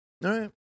right